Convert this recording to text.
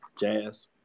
jazz